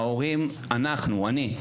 ההורים, אנחנו, אני,